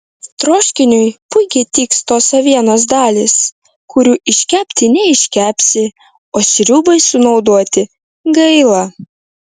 troškiniui puikiai tiks tos avienos dalys kurių iškepti neiškepsi o sriubai sunaudoti gaila